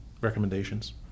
recommendations